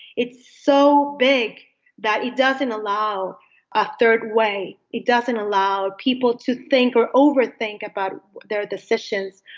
it's so big that it doesn't allow a third way. it doesn't allow people to think or over think about their decisions,